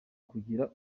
kugira